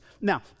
Now